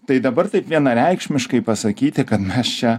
tai dabar taip vienareikšmiškai pasakyti kad mes čia